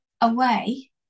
away